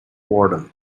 warden